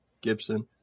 Gibson